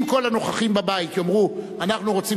אם כל הנוכחים בבית יאמרו: אנחנו רוצים